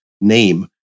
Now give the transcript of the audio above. name